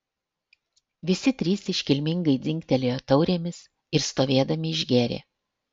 visi trys iškilmingai dzingtelėjo taurėmis ir stovėdami išgėrė